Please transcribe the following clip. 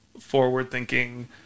forward-thinking